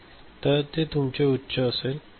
तर हे तुमचे उच्च आहे